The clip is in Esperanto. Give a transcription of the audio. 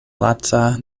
laca